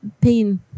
pain